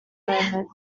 moment